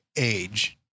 age